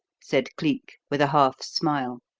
said cleek, with a half-smile.